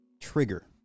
trigger